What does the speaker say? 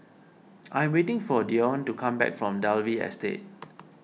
I am waiting for Dione to come back from Dalvey Estate